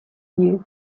you